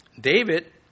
David